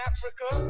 Africa